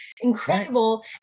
incredible